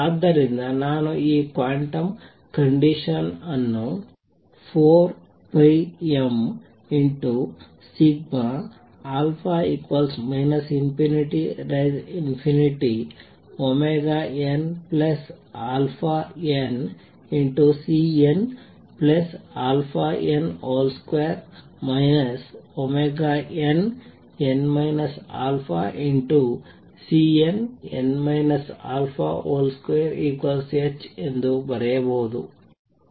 ಆದ್ದರಿಂದ ನಾನು ಈ ಕ್ವಾಂಟಮ್ ಕಂಡೀಷನ್ ಅನ್ನು 4πmα ∞nαn|Cnαn |2 nn α|Cnn α |2h ಎಂದೂ ಬರೆಯಬಹುದು